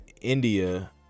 india